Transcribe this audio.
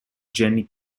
jenny